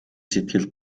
сэтгэл